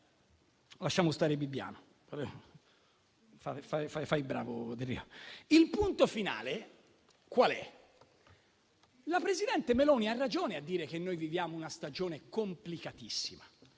Il punto finale qual è? La presidente Meloni ha ragione a dire che noi viviamo una stagione complicatissima.